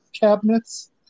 cabinets